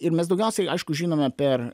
ir mes daugiausiai aišku žinome per